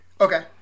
Okay